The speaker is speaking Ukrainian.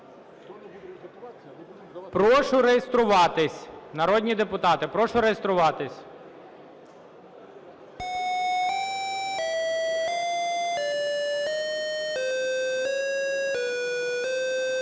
Прошу реєструватись, народні депутати. Прошу реєструватись.